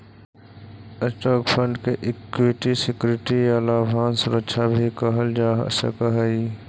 stock fund के equity security या लाभांश सुरक्षा भी कहल जा सकऽ हई